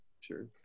sure